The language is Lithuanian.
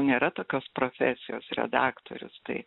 nėra tokios profesijos redaktorius tai